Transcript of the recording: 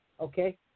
Okay